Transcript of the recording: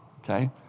Okay